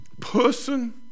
person